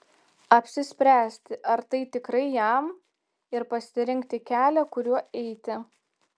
apsispręsti ar tai tikrai jam ir pasirinkti kelią kuriuo eiti